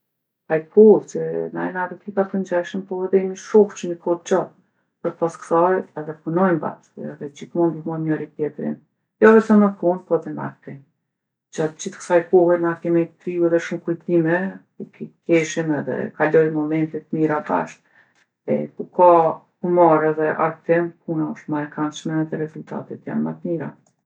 Paj po se na jena edhe tipa t'ngjajshëm po edhe jemi shokë qe ni kohë t'gjatë. Përpos ksaj edhe ponujmë bashkë edhe gjithmonë ndihmojmë njëri tjetrin, jo vetëm në punë po edhe n'argtim. Gjatë gjithë ksaj kohe na kemi kriju edhe shumë kujtime, ku k- keshim edhe kalojme momente t'mira bashkë. E ku ka humor edhe argtim puna osht ma e kandshme edhe rezultatet jon ma t'mira.